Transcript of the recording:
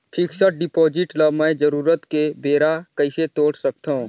Fixed deposit ल मैं जरूरत के बेरा कइसे तोड़ सकथव?